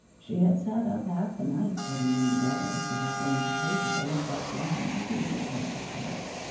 she had sat up half the night putting them together so that when completed they looked like one, if you didn't come too close.